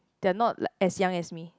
they're not like as young as me